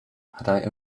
had